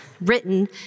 written